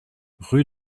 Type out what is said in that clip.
rue